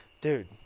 dude